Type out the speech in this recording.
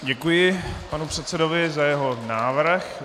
Děkuji panu předsedovi za jeho návrh.